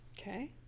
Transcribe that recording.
Okay